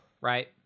right